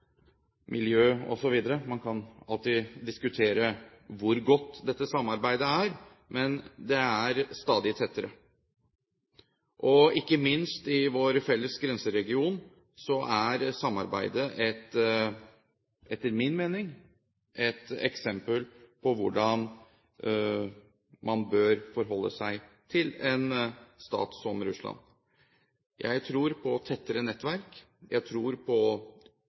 miljø osv. Man kan alltids diskutere hvor godt dette samarbeidet er, men det er stadig tettere. Ikke minst i vår felles grenseregion er samarbeidet etter min mening et eksempel på hvordan man bør forholde seg til en stat som Russland. Jeg tror på tettere nettverk. Jeg tror på